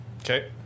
Okay